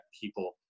people